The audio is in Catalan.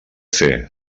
fer